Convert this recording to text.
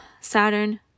saturn